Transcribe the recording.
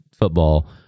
football